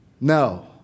No